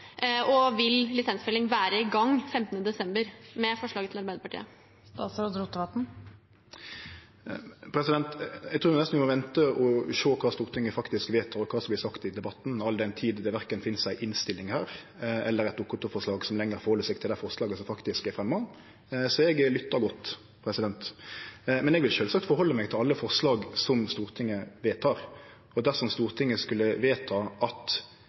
Og vil lisensfelling være i gang 15. desember med forslaget til Arbeiderpartiet? Eg trur nesten vi må vente og sjå kva Stortinget faktisk vedtek, og kva som vert sagt i debatten, all den tid det verken finst ei innstilling her eller eit Dokument 8-forslag som tek omsyn til dei forslaga som faktisk er fremja. Så eg lyttar godt. Men eg vil sjølvsagt rette meg etter alle forslag som Stortinget vedtek. Og dersom Stortinget skulle vedta